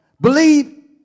Believe